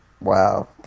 Wow